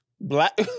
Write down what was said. Black